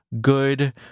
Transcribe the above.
good